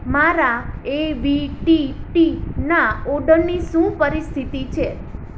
મારા એવીટી ટી ના ઓર્ડરની શું પરિસ્થિતિ છે